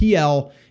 PL